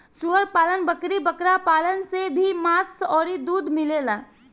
सूअर पालन, बकरी बकरा पालन से भी मांस अउरी दूध मिलेला